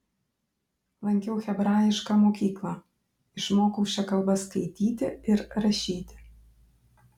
lankiau hebrajišką mokyklą išmokau šia kalba skaityti ir rašyti